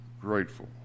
grateful